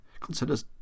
considers